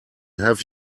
have